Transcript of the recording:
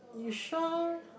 you sure